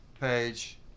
page